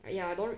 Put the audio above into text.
!aiya! don't